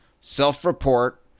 Self-report